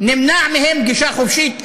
נמנעה מהם גישה חופשית,